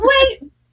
wait